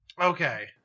Okay